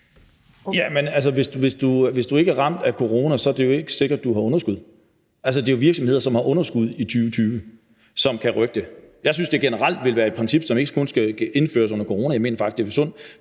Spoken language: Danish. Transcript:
Hvis ikke du er ramt af corona, er det jo ikke sikkert, at du har underskud. Det er jo virksomheder, som har underskud i 2020, som kan rykke det. Jeg synes, det generelt skulle være et princip, som ikke kun skulle indføres under corona, for jeg mener faktisk, det er et sundt